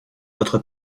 votre